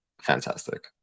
fantastic